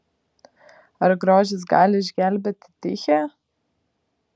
ar grožis gali išgelbėti tichę